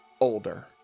older